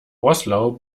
roßlau